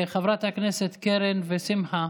חברת הכנסת קרן ושמחה,